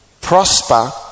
prosper